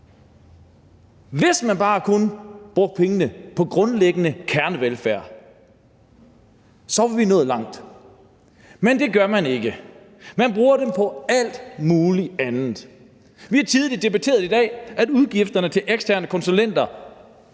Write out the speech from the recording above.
Hvis man bare kun brugte pengene på grundlæggende kernevelfærd, var vi nået langt. Men det gør man ikke. Man bruger dem på alt muligt andet. Vi har tidligere debatteret i dag, at udgifterne til eksterne konsulenter